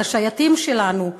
את השייטים שלנו,